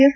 S